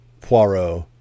Poirot